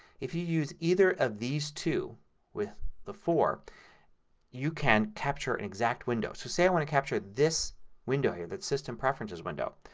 if use either of these two with the four you can capture an exact window. so say i want to capture this window here, the system preferences window.